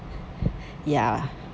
ya